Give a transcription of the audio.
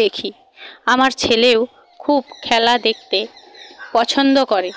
দেখি আমার ছেলেও খুব খেলা দেখতে পছন্দ করে